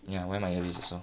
ya I wear my ear piece also